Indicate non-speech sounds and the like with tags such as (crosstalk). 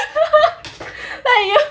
(laughs) like you